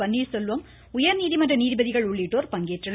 பன்னீர்செல்வம் உயர் நீதிமன்ற நீதிபதிகள் உள்ளிட்டோர் பங்கேற்றனர்